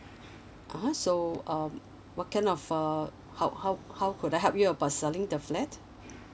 (uh huh) so um what kind of uh how how how could I help you about selling the flat